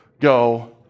go